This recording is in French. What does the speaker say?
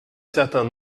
certain